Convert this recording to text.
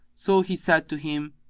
so he said to him,